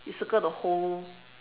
you circle the whole